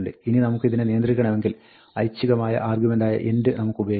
ഇനി നമുക്കിതിനെ നിയന്ത്രിക്കണമെങ്കിൽ ഐച്ഛികമായ ഒരു ആർഗ്യുമെന്റായ end നമുക്കുപയോഗിക്കാം